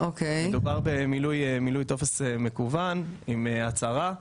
מדובר במילוי טופס מקוון עם הצהרה.